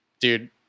dude